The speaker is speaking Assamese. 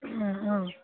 অঁ